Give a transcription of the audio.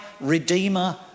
Redeemer